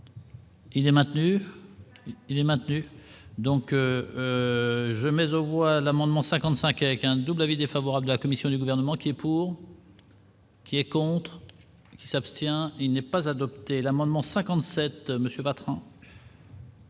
Il est maintenu, il est maintenu. Donc le jeu mais où l'amendement 55 avec un double avis défavorable de la commission du gouvernement qui est pour. Qui est contre. Qui s'abstient, il n'est pas adopté l'amendement 57 Monsieur Bertrand.